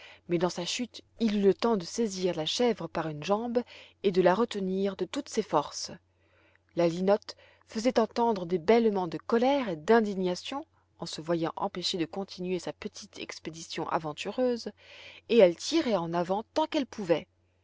mais dans sa chute il eut le temps de saisir la chèvre par une jambe et de la retenir de toutes ses forces la linotte faisait entendre des bêlements de colère et d'indignation en se voyant empêchée de continuer sa petite expédition aventureuse et elle tirait en avant tant qu'elle pouvait